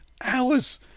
hours